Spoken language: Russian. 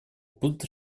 будут